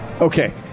Okay